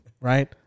right